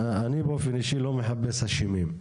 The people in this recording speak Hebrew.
אני באופן אישי לא מחפש אשמים.